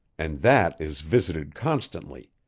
and that is visited constantly.